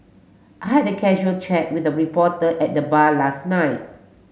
I had the casual chat with the reporter at the bar last night